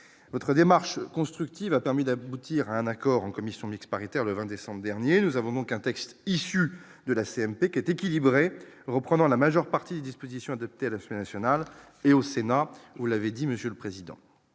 votre démarche constructive, a permis d'aboutir à un accord en commission mixte paritaire le 20 décembre dernier nous avons donc un texte issu de la CMP, qui est équilibrée, reprenant la majeure partie des dispositions adoptées à la affaire nationale et au Sénat, vous l'avez dit, monsieur le président,